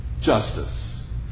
justice